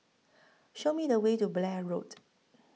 Show Me The Way to Blair Road